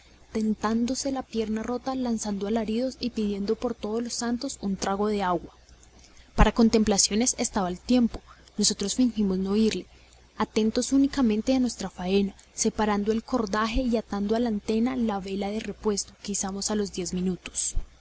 tentándose la pierna rota lanzando alaridos y pidiendo por todos los santos un trago de agua para contemplaciones estaba el tiempo nosotros fingíamos no oírle atentos únicamente a nuestra faena separando el cordaje y atando a la antena la vela de repuesto que izamos a los diez minutos